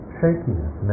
shakiness